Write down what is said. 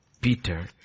Peter